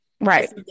Right